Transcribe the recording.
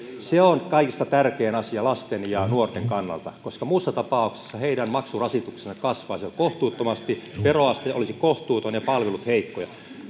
se on kaikista tärkein asia lasten ja nuorten kannalta koska muussa tapauksessa heidän maksurasituksensa kasvaisi kohtuuttomasti veroaste olisi kohtuuton ja palvelut heikkoja